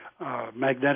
magnetic